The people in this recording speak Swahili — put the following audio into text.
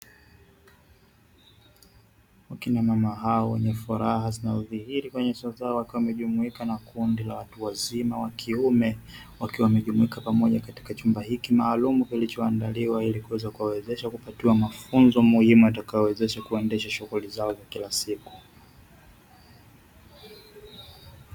Wakina mama hao wenye furaha zinazodhihiri kwenye uso zao wakiwa wamejumuika na kundi la watu wazima wa kiume, wakiwa wamejumuika pamoja katika chumba hiki maalumu kilichoandaliwa ili kuweza kuwawezesha kupatiwa mafunzo muhimu yatakayowezesha kuendesha shughuli zao za kila siku.